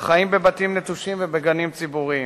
ושל חיים בבתים נטושים ובגנים ציבוריים.